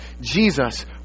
Jesus